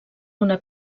una